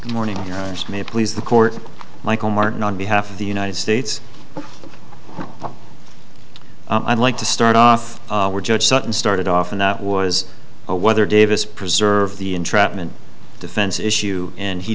morning may please the court michel martin on behalf of the united states i'd like to start off with judge sutton started off and was a weather davis preserve the entrapment defense issue and he